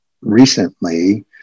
recently